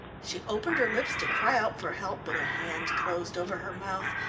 she opened her lips to cry out for help, but a hand closed over her mouth,